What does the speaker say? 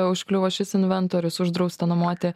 užkliuvo šis inventorius uždrausta nuomoti